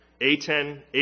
Aten